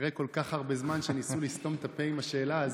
אחרי כל כך הרבה זמן שניסו לסתום את הפה עם השאלה הזו,